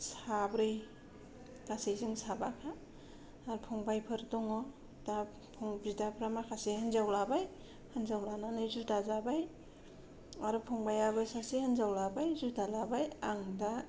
साब्रै गासै जों साबाखा आर फंबायफोर दङ दा बिदाफोरा माखासे हिनजाव लाबाय हिनजाव लानानै जुदा जाबाय आर फंबायाबो सासे हिनजाव लाबाय जुदा लाबाय आं दा